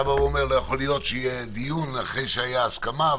אתה אומר שלא יכול להיות שיהיה דיון אחרי שהיתה הסכמה.